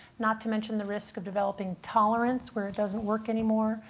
not to mention the risk of developing tolerance, where it doesn't work anymore.